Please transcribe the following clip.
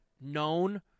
known